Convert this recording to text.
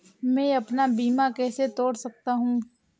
मैं अपना बीमा कैसे तोड़ सकता हूँ?